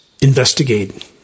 investigate